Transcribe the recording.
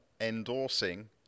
endorsing